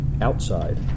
outside